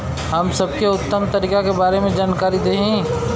हम सबके उत्तम तरीका के बारे में जानकारी देही?